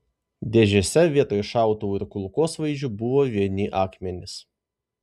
dėžėse vietoj šautuvų ir kulkosvaidžių buvo vieni akmenys